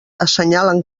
assenyalen